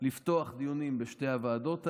לפתוח דיונים בשתי הוועדות האלה.